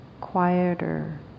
quieter